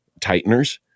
tighteners